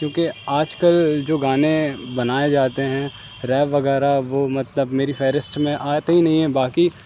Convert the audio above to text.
کیونکہ آج کل جو گانے بنائے جاتے ہیں ریپ وغیرہ وہ مطلب میری فہرست میں آتے ہی نہیں ہیں باقی